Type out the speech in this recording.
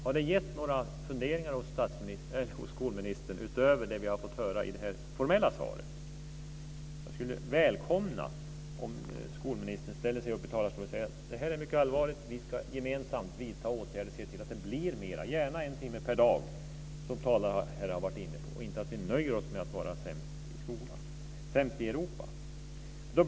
Har det gett några funderingar hos skolministern utöver det som vi har fått höra i det formella svaret? Jag skulle välkomna om skolministern ställer sig upp i talarstolen och säger att detta är mycket allvarligt och att vi gemensamt ska vidta åtgärder och se till att det blir mer, gärna en timme per dag som talarna här har varit inne på, och att vi inte nöjer oss med att vara sämst i Europa.